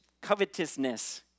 covetousness